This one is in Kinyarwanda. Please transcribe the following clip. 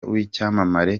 w’icyamamare